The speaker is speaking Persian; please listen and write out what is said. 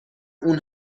اون